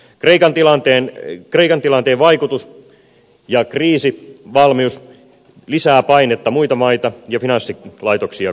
kreikan tilanteen vaikutus ja kriisivalmius lisäävät painetta muita maita ja finanssilaitoksia kohtaan